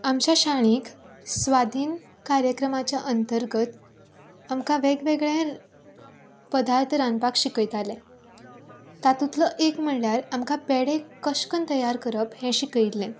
आमच्या शाळेंत स्वादीन कार्यक्रमाच्या अंतर्गत आमकां वेगवेगळें पदार्थ रांदपाक शिकयताले तातूंतलो एक म्हळ्यार आमकां पेडे कशें करून तयार करप हे शिकयल्लें